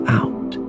out